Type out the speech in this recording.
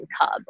cub